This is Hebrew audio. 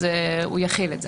הוא יחיל את זה.